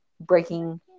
breaking